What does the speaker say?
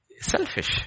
selfish